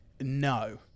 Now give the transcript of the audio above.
no